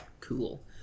Cool